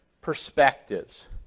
perspectives